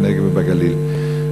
בנגב ובגליל.